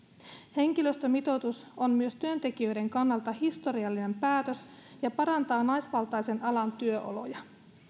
henkilöstömitoitus on myös työntekijöiden kannalta historiallinen päätös ja parantaa naisvaltaisen alan työoloja